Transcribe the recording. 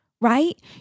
right